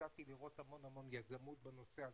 יצאתי לראות המון יזמות בנושא הזה,